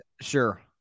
Sure